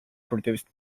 produced